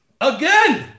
Again